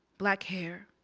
black hair,